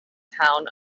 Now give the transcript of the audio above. town